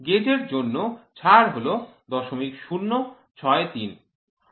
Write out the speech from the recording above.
gauge এর জন্য ছাড় হল ০০৬৩